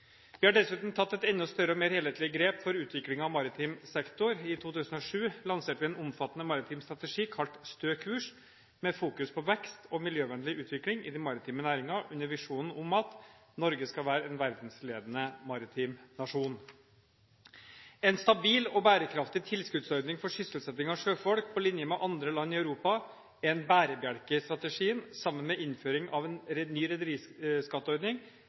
Vi har dessuten tatt et enda større og mer helhetlig grep for utviklingen i maritim sektor. I 2007 lanserte vi en omfattende maritim strategi, kalt «Stø kurs», med fokus på vekst og miljøvennlig utvikling i de maritime næringene under visjonen om at Norge skal være en verdensledende maritim nasjon. En stabil og bærekraftig tilskuddsordning for sysselsetting av sjøfolk, på linje med andre land i Europa, er en bærebjelke i strategien. Sammen med innføringen av en ny rederiskatteordning